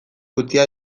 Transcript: utzia